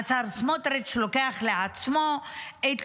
השר סמוטריץ' לוקח לעצמו את